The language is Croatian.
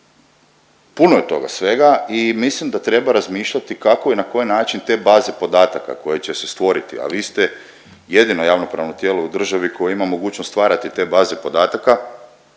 puno je toga svega i mislim da treba razmišljati kako i na koji način te baze podataka koje će se stvoriti, a vi ste jedino javnopravno tijelo u državi koje ima mogućnost stvarati te baze podataka,